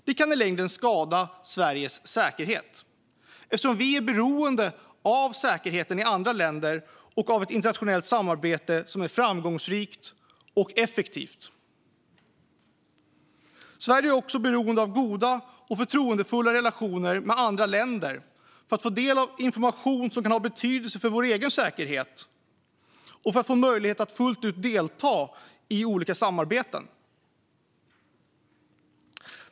Detta kan i längden skada Sveriges säkerhet eftersom vi är beroende av säkerheten i andra länder och av ett internationellt samarbete som är framgångsrikt och effektivt. Sverige är också beroende av goda och förtroendefulla relationer med andra länder för att få del av information som kan ha betydelse för vår säkerhet och för att få möjlighet att fullt ut delta i olika samarbeten.